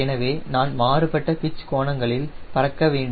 எனவே நான் மாறுபட்ட பிட்ச் கோணங்களில் பறக்க வேண்டும்